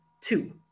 two